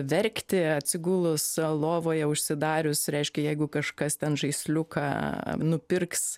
verkti atsigulus lovoje užsidarius reiškia jeigu kažkas ten žaisliuką nupirks